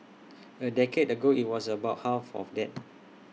A decade ago IT was about half of that